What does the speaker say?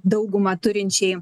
daugumą turinčiai